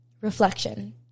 reflection